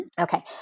Okay